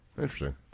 Interesting